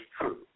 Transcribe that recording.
true